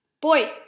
Boy